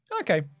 Okay